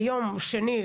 ביום שני,